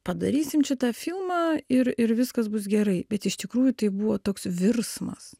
padarysim čia tą filmą ir ir viskas bus gerai bet iš tikrųjų tai buvo toks virsmas